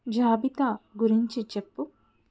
జాబితా గురించి చెప్పు